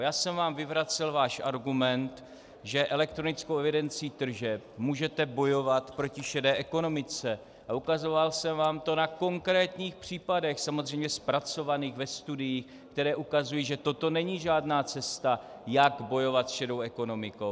Já jsem vyvracel váš argument, že elektronickou evidencí tržeb můžete bojovat proti šedé ekonomice, ale ukazoval jsem vám to na konkrétních případech samozřejmě zpracovaných ve studii, které ukazují, že toto není žádná cesta, jak bojovat s šedou ekonomikou.